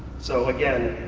so again,